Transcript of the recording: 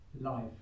life